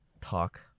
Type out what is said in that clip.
talk